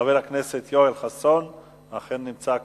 חבר הכנסת יואל חסון אכן נמצא כאן,